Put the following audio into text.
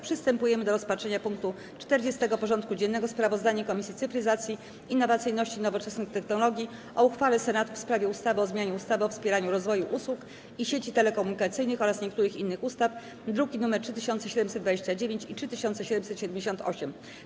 Przystępujemy do rozpatrzenia punktu 40. porządku dziennego: Sprawozdanie Komisji Cyfryzacji, Innowacyjności i Nowoczesnych Technologii o uchwale Senatu w sprawie ustawy o zmianie ustawy o wspieraniu rozwoju usług i sieci telekomunikacyjnych oraz niektórych innych ustaw (druki nr 3729 i 3778)